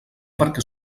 perquè